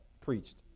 preached